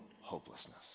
hopelessness